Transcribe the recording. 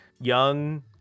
young